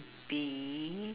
be